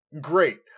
great